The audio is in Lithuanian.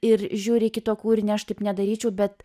ir žiūri į kito kūrinį aš taip nedaryčiau bet